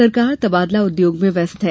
सरकार तबादला उद्योग में व्यस्त है